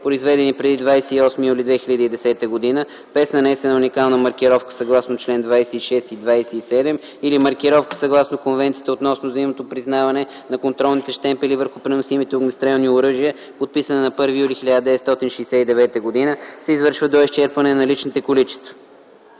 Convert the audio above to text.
произведени преди 28 юли 2010 г., без нанесена уникална маркировка съгласно чл. 26 и 27 или маркировка съгласно Конвенцията относно взаимното признаване на контролните щемпели върху преносимите огнестрелни оръжия, подписана на 1 юли 1969 г., се извършва до изчерпване на наличните количества.”